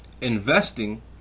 Investing